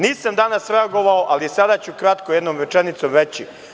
Nisam danas reagovao, ali sada ću kratko jednom rečenicom reći.